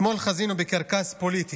אתמול חזינו בקרקס פוליטי,